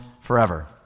forever